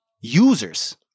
users